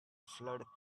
flood